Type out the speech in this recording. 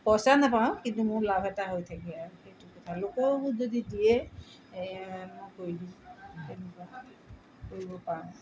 পইচা নাপাওঁ কিন্তু মোৰ লাভ এটা হৈ থাকে আৰু সেইটো কথা লোকৰো যদি দিয়ে এই মই কৰি দিওঁ তেনেকুৱা কৰিব পাৰোঁ